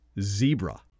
Zebra